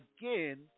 again